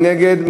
מי נגד?